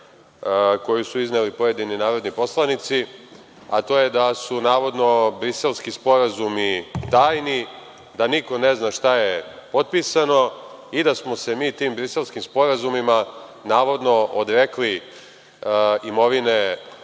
koju su izneli pojedini narodni poslanici, a to je da su navodno Briselski sporazumi tajni, da niko ne zna šta je potpisano i da smo se mi tim Briselskim sporazumima navodno odrekli imovine